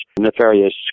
nefarious